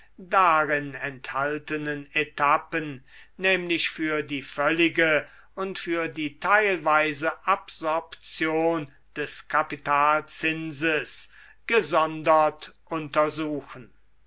darin enthaltenen etappen nämlich für die völlige und für die teilweise absorption des kapitalzinses gesondert untersuchen